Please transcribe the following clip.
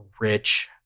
rich